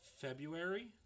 February